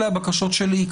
אלו הבקשות שלי.